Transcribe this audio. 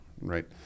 right